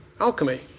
alchemy